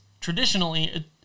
traditionally